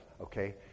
Okay